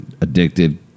addicted